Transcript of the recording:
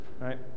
right